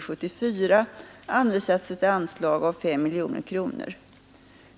74 anvisats ett anslag av 5 miljoner kronor.